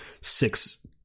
six